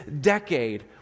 decade